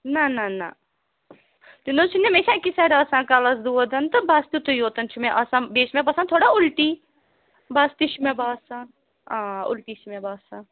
نہَ نہَ نہَ تہِ نہَ چھُ نہٕ مےٚ چھُ اَکی سایڈٕ آسان کَلَس دود تہٕ بَس تِتُے یوٚتَن چھُ مےٚ آسان بیٚیہِ چھِ مےٚ باسان تھوڑا اُلٹی بَس تہِ چھِ مےٚ باسان آ اُلٹی چھِ مےٚ باسان